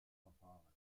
verfahren